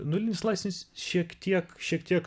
nulinis laipsnis šiek tiek šiek tiek